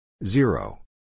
Zero